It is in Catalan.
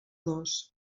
dos